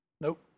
nope